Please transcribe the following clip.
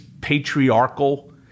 patriarchal